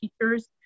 teachers